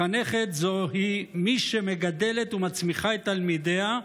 מחנכת זוהי מי שמגדלת ומצמיחה את תלמידיה,